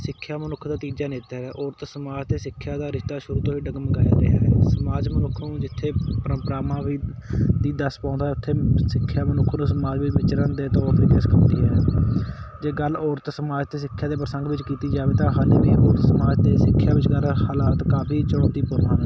ਸਿੱਖਿਆ ਮਨੁੱਖ ਦਾ ਤੀਜਾ ਨੇਤਰ ਹੈ ਔਰਤ ਸਮਾਜ ਅਤੇ ਸਿੱਖਿਆ ਦਾ ਰਿਸ਼ਤਾ ਸ਼ੁਰੂ ਤੋਂ ਹੀ ਡਗਮਗਾਇਆ ਰਿਹਾ ਹੈ ਸਮਾਜ ਮਨੁੱਖ ਨੂੰ ਜਿੱਥੇ ਪਰੰਪਰਾਵਾਂ ਵੀ ਦੀ ਦੱਸ ਪਾਉਂਦਾ ਉੱਥੇ ਸਿੱਖਿਆ ਮਨੁੱਖ ਨੂੰ ਸਮਾਜ ਵਿੱਚ ਵਿਚਰਨ ਦੇ ਤੌਰ ਤਰੀਕੇ ਸਿਖਾਉਂਦੀ ਹੈ ਜੇ ਗੱਲ ਔਰਤ ਸਮਾਜ ਅਤੇ ਸਿੱਖਿਆ ਦੇ ਪ੍ਰਸੰਗ ਵਿੱਚ ਕੀਤੀ ਜਾਵੇ ਤਾਂ ਹਾਲੇ ਵੀ ਉਸ ਸਮਾਜ ਅਤੇ ਸਿੱਖਿਆ ਵਿਚਕਾਰ ਹਾਲਾਤ ਕਾਫੀ ਚੁਣੌਤੀਪੂਰਨ ਹਨ